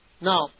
Now